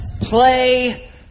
play